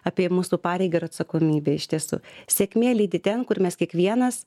apie mūsų pareigą ir atsakomybę iš tiesų sėkmė lydi ten kur mes kiekvienas